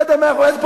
בסדר, מאה אחוז.